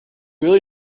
really